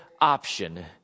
option